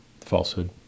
Falsehood